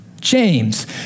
James